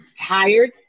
tired